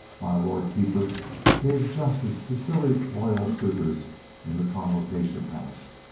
my lord keeper gave justice to silly loyal suitors in the convocation house.